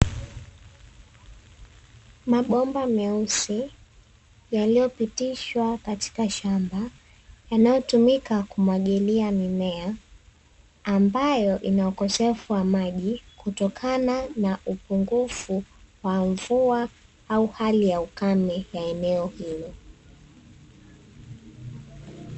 Mabomba meusi yaliyopitishwa katika shamba, yanayotumika kumwagilia mimea ambayo ina ukosefu wa maji, kutokana na upungufu wa mvua au hali ya ukame ya eneo hilo.